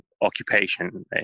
occupation